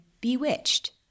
bewitched